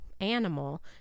animal